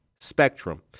spectrum